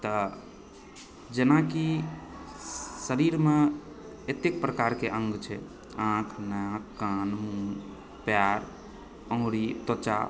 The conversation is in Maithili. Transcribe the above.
तऽ जेना कि शरीरमे एतेक प्रकारके अङ्ग छै आँखि नाक कान मुँह पयर आँगुर त्वचा